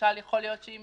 למשל יכול להיות שאם